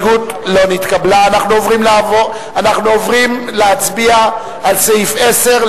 נא להצביע על סעיף 30,